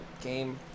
game